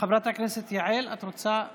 חברת הכנסת יעל, את רוצה להשיב?